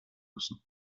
müssen